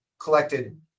Collected